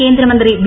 കേന്ദ്രമന്ത്രി വി